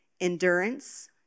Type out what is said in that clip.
endurance